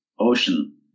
ocean